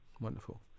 Wonderful